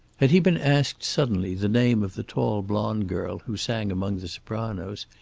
had he been asked, suddenly, the name of the tall blonde girl who sang among the sopranos,